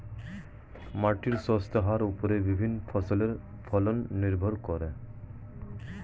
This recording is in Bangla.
মাটির স্বাস্থ্যের ওপর বিভিন্ন ফসলের ফলন নির্ভর করে